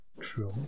True